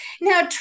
Now